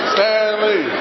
Stanley